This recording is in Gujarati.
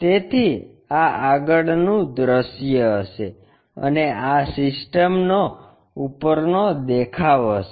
તેથી આ આગળનું દૃશ્ય હશે અને આ સિસ્ટમનો ઉપરનો દેખાવ હશે